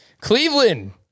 Cleveland